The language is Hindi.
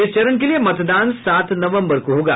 इस चरण के लिए मतदान सात नवम्बर को होगा